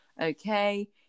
okay